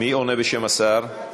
מי עונה בשם השר?